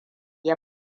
ya